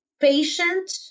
patient